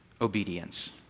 obedience